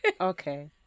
okay